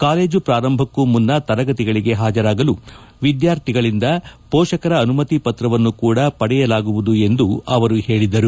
college ಪ್ರಾರಂಭಕ್ಕೂ ಮನ್ನ ತರಗತಿಗಳಿಗೆ ಹಾಜರಾಗಲು ವಿದ್ಯಾರ್ಥಿಗಳಿಂದ ಪೋಷಕರ ಅನುಮತಿ ಪತ್ರವನ್ನು ಕೂಡ ಪಡೆಯಲಾಗುವುದು ಎಂದು ಹೇಳಿದರು